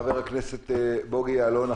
חבר הכנסת בוגי יעלון,